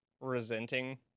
resenting